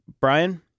Brian